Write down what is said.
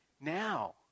now